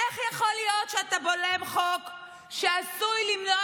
איך יכול להיות שאתה בולם חוק שעשוי למנוע